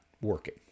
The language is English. working